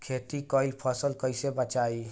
खेती कईल फसल कैसे बचाई?